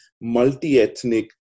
multi-ethnic